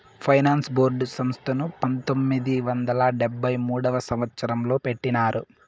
finance board సంస్థను పంతొమ్మిది వందల డెబ్భై మూడవ సంవచ్చరంలో పెట్టినారు